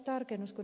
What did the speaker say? kun ed